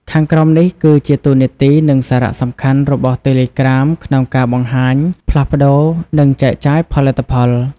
ខាងក្រោមនេះគឺជាតួនាទី និងសារៈសំខាន់របស់តេឡេក្រាមក្នុងការបង្ហាញ ផ្លាស់ប្ដូរ និងចែកចាយផលិតផល។